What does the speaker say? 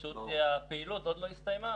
פשוט הפעילות עוד לא הסתיימה,